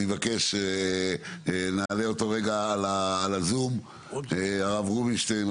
אני מבקש שנעלה לזום את הרב רובינשטיין,